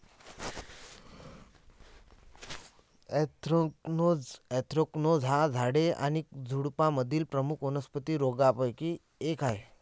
anthracnose anthracnose हा झाडे आणि झुडुपांमधील प्रमुख वनस्पती रोगांपैकी एक आहे